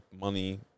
money